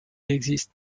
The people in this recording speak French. existe